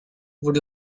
would